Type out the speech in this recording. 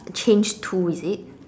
change to is it